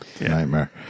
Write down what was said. Nightmare